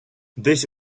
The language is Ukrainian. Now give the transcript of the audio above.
десь